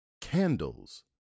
candles